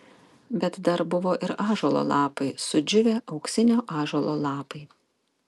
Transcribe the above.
bet dar buvo ir ąžuolo lapai sudžiūvę auksinio ąžuolo lapai